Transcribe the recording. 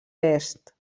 est